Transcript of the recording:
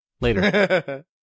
Later